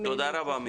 לפנות,